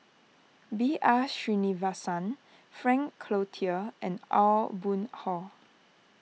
B R Sreenivasan Frank Cloutier and Aw Boon Haw